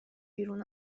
بیرون